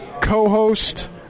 co-host